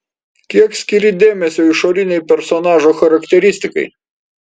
kiek skiri dėmesio išorinei personažo charakteristikai